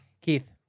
Keith